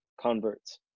converts